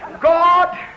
God